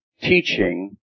teaching